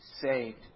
saved